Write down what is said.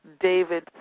David